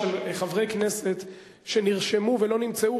של חברי כנסת שנרשמו ולא נמצאו,